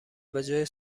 بجای